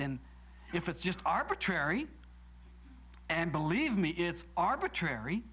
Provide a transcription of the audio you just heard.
then if it's just arbitrary and believe me it's arbitrary